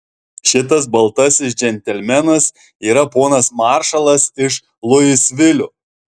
šitas baltasis džentelmenas yra ponas maršalas iš luisvilio